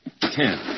ten